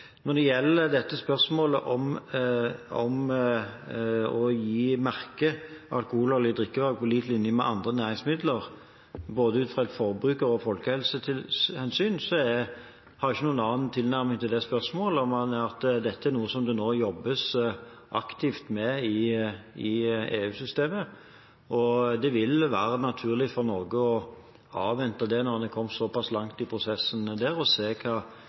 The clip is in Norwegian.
Når det gjelder spørsmålet om å merke alkoholholdige drikkevarer på lik linje med andre næringsmidler, ut ifra både et forbrukerhensyn og et folkehelsehensyn, har jeg ikke noen annen tilnærming til det spørsmålet enn at dette er noe som det nå jobbes aktivt med i EU-systemet, og at det vil være naturlig for Norge å avvente hva som kommer derfra, se hvilket regelverk en kommer fram til der, når de har kommet så langt i prosessen.